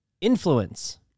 influence